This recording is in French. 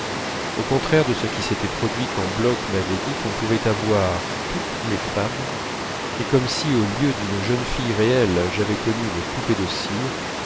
au contraire de ce qui s'était produit quand bloch m'avait dit qu'on pouvait avoir toutes les femmes et comme si au lieu d'une jeune fille réelle j'avais connu une poupée de cire